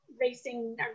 racing